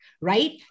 right